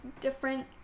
different